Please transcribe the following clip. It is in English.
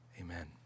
Amen